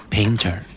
Painter